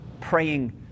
praying